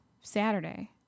saturday